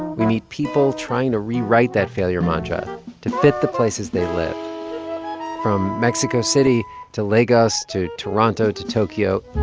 we meet people trying to rewrite that failure mantra to fit the places they live from mexico city to lagos to toronto to tokyo.